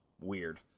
weird